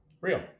real